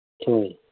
ꯍꯣꯏ